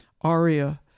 aria